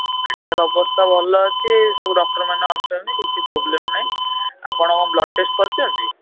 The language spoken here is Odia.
ମେଡ଼ିକାଲ୍ ଅବସ୍ଥା ଭଲ ଅଛି ସବୁ ଡକ୍ଟରମାନେ ଅଛନ୍ତି କିଛି ପ୍ରୋବ୍ଲେମ୍ ନାହିଁ ଆପଣ କ'ଣ ବ୍ଲଡ଼୍ ଟେଷ୍ଟ କରିଛନ୍ତି